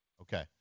Okay